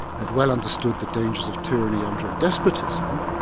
had well understood the dangers of tyranny under a despotism,